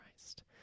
Christ